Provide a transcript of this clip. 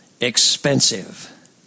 expensive